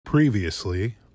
Previously